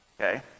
Okay